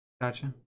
Gotcha